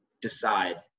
decide